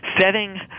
setting